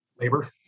Labor